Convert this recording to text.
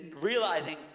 realizing